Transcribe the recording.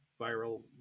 viral